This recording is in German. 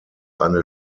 eine